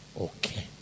okay